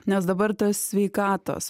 nes dabar tas sveikatos